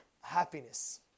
happiness